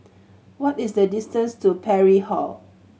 what is the distance to Parry Hall